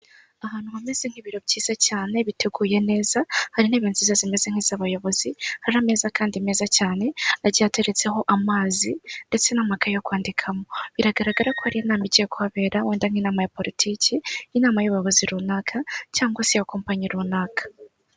Ahantu hameze nk'ibiro byiza cyane biteguye neza hari intebe nziza zimeze nk'izabayobozi, hari ameza kandi meza cyane acyateretseho amazi ndetse namakayo kwandikamo biragaragara ko ari inama igiye kuhabera wenda nk'inamama ya politiki y'inama y'ubuyobozi runaka cyangwa se ya kompanyi runaka.